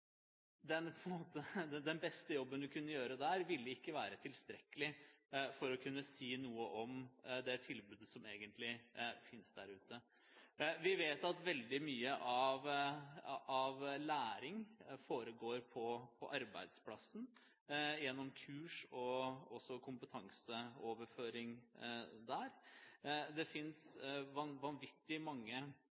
den beste jobben man kunne gjøre der, ville ikke være tilstrekkelig for å kunne si noe om det tilbudet som egentlig finnes der ute. Vi vet at veldig mye av læring foregår på arbeidsplassen gjennom kurs og kompetanseoverføring. Det finnes vanvittig mange organisasjoner som driver med læring for voksne. Det